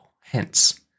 Hence